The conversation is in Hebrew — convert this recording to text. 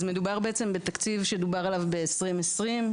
מדובר בתקציב שדובר עליו ב-2020,